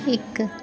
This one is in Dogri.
इक